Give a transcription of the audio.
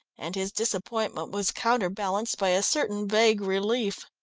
and his disappointment was counter-balanced by a certain vague relief.